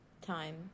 time